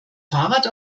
fahrrad